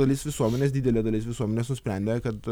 dalis visuomenės didelė dalis visuomenės nusprendė kad